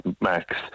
max